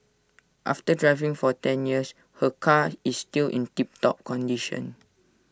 after driving for ten years her car is still in tip top condition